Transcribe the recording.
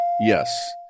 Yes